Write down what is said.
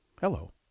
hello